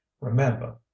remember